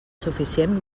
suficient